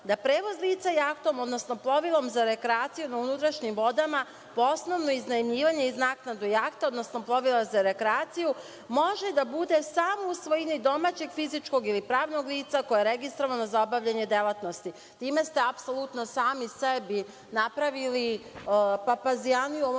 da „prevoz lica jahtom, odnosno plovilom za rekreaciju na unutrašnjim vodama, po osnovu iznajmljivanja uz naknadu jahte, odnosno plovila za rekreaciju, može da bude samo u svojini domaćeg fizičkog ili pravnog lica koje je registrovano za obavljanje delatnosti“. Time ste apsolutno sami sebi napravili papazjaniju u ovom